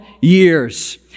years